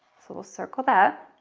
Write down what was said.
so we'll circle that.